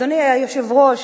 אדוני היושב-ראש,